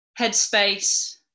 headspace